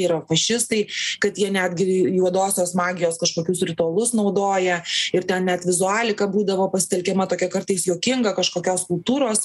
yra fašistai kad jie netgi juodosios magijos kažkokius ritualus naudoja ir ten net vizualika būdavo pasitelkiama tokia kartais juokinga kažkokios skulptūros